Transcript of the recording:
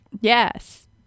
Yes